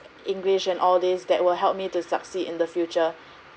english and all these that will help me to succeed in the future